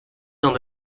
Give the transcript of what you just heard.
dans